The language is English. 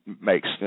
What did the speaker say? makes